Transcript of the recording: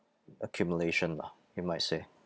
accumulation lah you might say